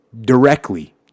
directly